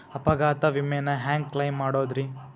ಅಪಘಾತ ವಿಮೆನ ಹ್ಯಾಂಗ್ ಕ್ಲೈಂ ಮಾಡೋದ್ರಿ?